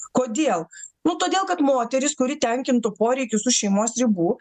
kodėl nu todėl kad moteris kuri tenkintų poreikius už šeimos ribų